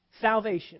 Salvation